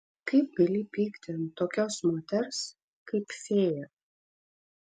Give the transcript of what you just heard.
kaip gali pykti ant tokios moters kaip fėja